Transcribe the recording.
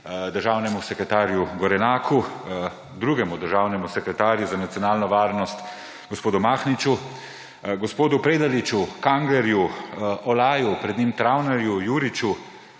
državnemu sekretarju Gorenaku, drugemu državnemu sekretarju za Nacionalno varnost gospodu Mahniču, gospodu Predaliču, Kanglerju, Olaju, pred njim Travnarju, Juriču,